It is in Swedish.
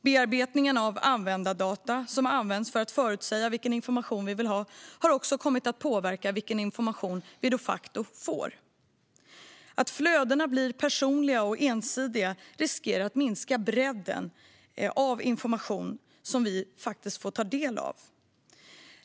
Bearbetningen av användardata som används för att förutsäga vilken information vi vill ha har också kommit att påverka vilken information vi de facto får. Att flödena blir personliga och ensidiga riskerar att minska bredden av den information som vi faktiskt får ta del av.